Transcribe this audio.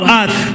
earth